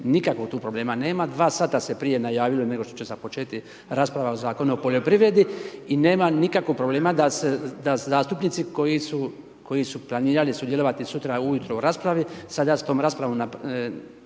nikakvog problema tu nema, dva sata se prije najavilo nego što će započeti rasprava o Zakonu o poljoprivredi i nema nikakvog problema da zastupnici koji su planirali sudjelovati sutra ujutro u raspravi, sada s tom raspravom, sada